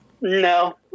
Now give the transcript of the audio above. No